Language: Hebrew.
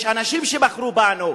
יש אנשים שבחרו בנו.